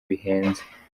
bihenze